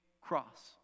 cross